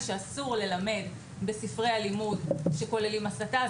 שאסור ללמד בספרי לימוד שכוללים הסתה.